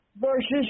versus